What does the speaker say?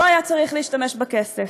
לא היה צריך להשתמש בכסף.